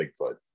Bigfoot